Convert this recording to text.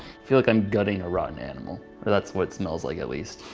feel like i'm gutting a rotten animal that's what smells like at least.